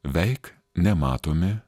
veik nematomi